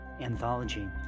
anthology